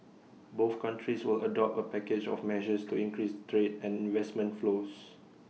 both countries will adopt A package of measures to increase trade and investment flows